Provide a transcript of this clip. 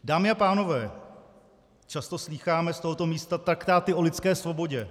Dámy a pánové, často slýcháme z tohoto místa traktáty o lidské svobodě.